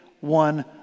one